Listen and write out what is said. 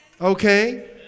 Okay